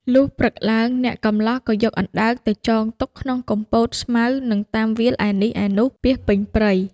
លុះព្រឹកឡើង អ្នកកម្លោះក៏យកអណ្ដើកទៅចងទុកក្នុងគុម្ពោតស្មៅនិងតាមវាលឯនេះឯនោះពាសពេញតែព្រៃ។